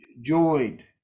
joined